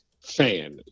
fan